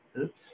oops